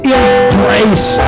embrace